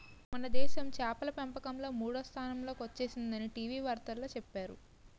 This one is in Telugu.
మనదేశం చేపల పెంపకంలో మూడో స్థానంలో కొచ్చేసిందని టీ.వి వార్తల్లో చెప్పేరు